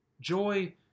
Joy